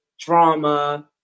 drama